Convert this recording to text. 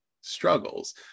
struggles